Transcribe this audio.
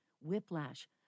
whiplash